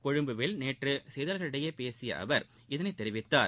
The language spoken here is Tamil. கொழும்புவில் நேற்று செய்தியாளர்களிடம் பேசிய அவர் இதனை தெரிவித்தார்